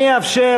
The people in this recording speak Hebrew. אני אאפשר,